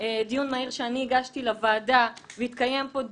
דיון מהיר שאני הגשתי לוועדה, והתקיים פה דיון.